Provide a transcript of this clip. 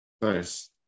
Nice